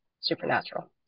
supernatural